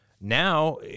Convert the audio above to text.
now